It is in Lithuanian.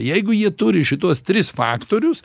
jeigu jie turi šituos tris faktorius